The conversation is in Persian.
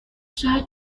شاید